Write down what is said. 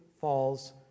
falls